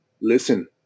listen